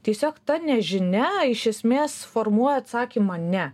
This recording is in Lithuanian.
tiesiog ta nežinia iš esmės formuoja atsakymą ne